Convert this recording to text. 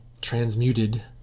transmuted